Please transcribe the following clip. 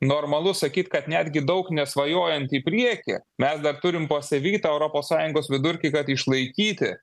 normalu sakyt kad netgi daug nesvajojant į priekį mes dar turim pasivyt tą europos sąjungos vidurkį kad išlaikyti